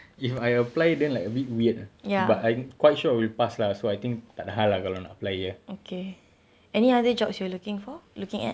if I apply then like a bit weird uh but I'm quite sure I will pass lah so I think tak ada hal kalau nak apply jer